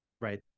right